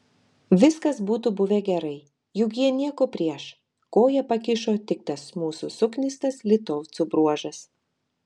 viskas būtų buvę gerai juk jie nieko prieš koją pakišo tik tas mūsų suknistas litovcų bruožas